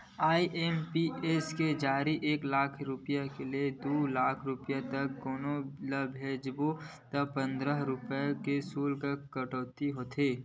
IMPS के जरिए एक लाख रूपिया ले दू लाख रूपिया तक कोनो ल भेजबे त पंद्रह रूपिया के सुल्क कटउती होथे